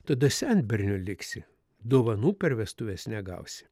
tada senberniu liksi dovanų per vestuves negausi